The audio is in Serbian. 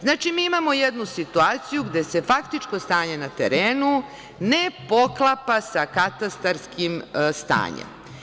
Znači, mi imamo jednu situaciju gde se faktičko stanje na terenu ne poklapa sa katastarskim stanjem.